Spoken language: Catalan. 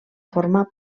forma